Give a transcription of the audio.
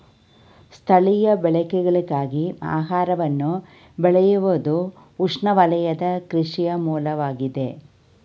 ಸ್ಥಳೀಯ ಬಳಕೆಗಳಿಗಾಗಿ ಆಹಾರವನ್ನು ಬೆಳೆಯುವುದುಉಷ್ಣವಲಯದ ಕೃಷಿಯ ಮೂಲವಾಗಿದೆ